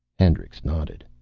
hendricks nodded.